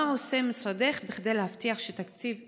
3. מה עושה משרדך כדי להבטיח שהתקציב ימומש?